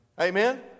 Amen